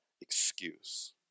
excuse